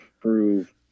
prove